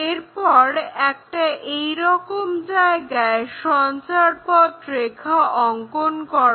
এরপর একটা এইরকম জায়গায় সঞ্চারপথ রেখা অঙ্কন করো